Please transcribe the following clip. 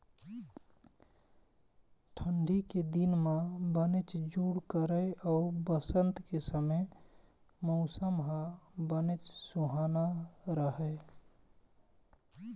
ठंडी के दिन म बनेच जूड़ करय अउ बसंत के समे मउसम ह बनेच सुहाना राहय